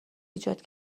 ایجاد